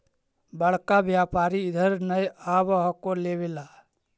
बड़का व्यापारि इधर नय आब हको लेबे ला?